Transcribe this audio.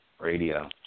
Radio